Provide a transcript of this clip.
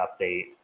update